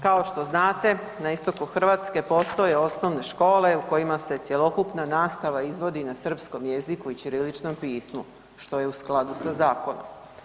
Kao što znate, na istoku Hrvatske, postoje osnovne škole u kojima se cjelokupna nastava izvodi na srpskom jeziku i ćiriličnom pismu, što je u skladu sa zakonom.